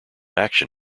action